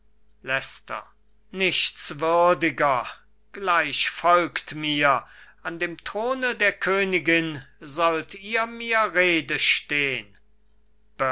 nichtswürdiger gleich folgt mir an dem throne der königin sollt ihr mir rede stehn